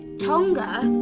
tonga?